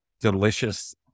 delicious